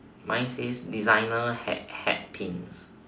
mine says designer hat hat pins